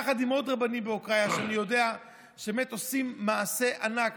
יחד עם עוד רבנים באוקראינה שאני יודע שעושים מעשה ענק,